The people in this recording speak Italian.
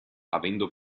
avendo